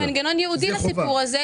צריך מנגנון ייעודי לעניין הזה,